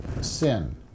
sin